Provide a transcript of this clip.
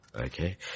Okay